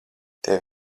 tev